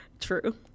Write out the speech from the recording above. True